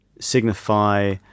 signify